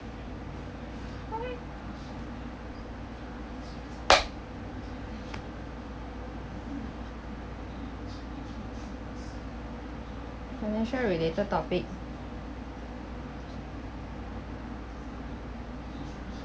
financial related topic